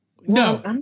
No